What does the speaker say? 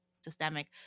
systemic